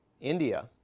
India